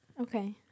Okay